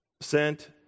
sent